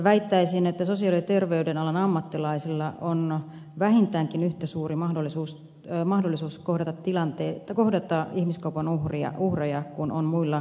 väittäisin että sosiaali ja terveydenalan ammattilaisilla on vähintäänkin yhtä suuri mahdollisuus kohdata ihmiskaupan uhreja kuin on muilla viranomaisilla